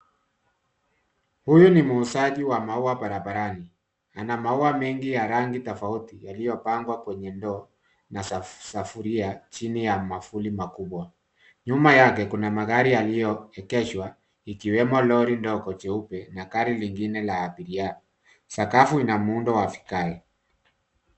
Huyu ni muuzaji wa maua barabarani .Ana maua mengi ya rangi tofauti yaliyopangwa kwenye ndoo na sufuria chini ya mwavuli makubwa. Nyuma yake kuna magari yaliyoegeshwa ikiwemo lori dogo jeupe na gari lingine la abiria. Sakafu ina muundo wa vigae.